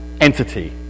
entity